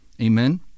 amen